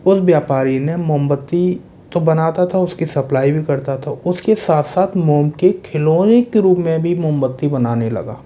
उस व्यापारी ने मोमबत्ती तो बनाता था उसकी सप्लाई भी करता था उसके साथ साथ मोम के खिलौने के रूप में भी मोमबत्ती बनाने लगा